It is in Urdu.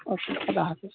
اچھا خدا حافظ